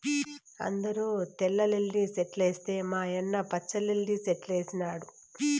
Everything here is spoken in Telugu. అందరూ తెల్ల లిల్లీ సెట్లేస్తే మా యన్న పచ్చ లిల్లి సెట్లేసినాడు